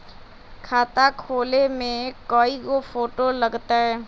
खाता खोले में कइगो फ़ोटो लगतै?